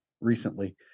recently